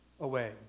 away